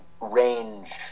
range